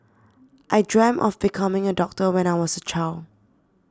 I dreamt of becoming a doctor when I was a child